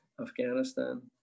Afghanistan